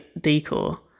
decor